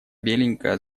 беленькая